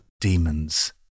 demons